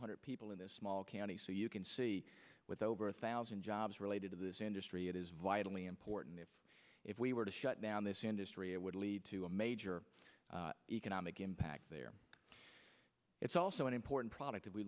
hundred people in this small county so you can see with over a thousand jobs related to this industry it is vitally important if if we were to shut down this industry it would lead to a major economic impact there it's also an important product